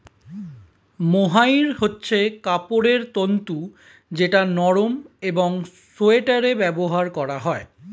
mohair হচ্ছে কাপড়ের তন্তু যেটা নরম একং সোয়াটারে ব্যবহার করা হয়